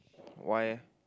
why leh